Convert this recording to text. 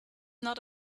not